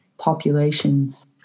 populations